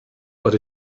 but